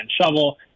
shovel